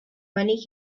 money